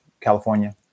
California